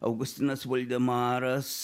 augustinas voldemaras